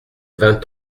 vingt